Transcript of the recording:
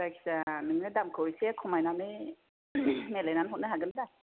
जायखिजाया नोङो दामखौ एसे खमायनानै रायलायनानै हरनो हागोन दा